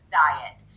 diet